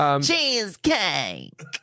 Cheesecake